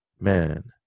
Man